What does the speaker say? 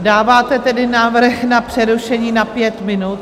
Dáváte tedy návrh na přerušení na pět minut?